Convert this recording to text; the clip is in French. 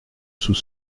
sous